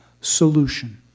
solution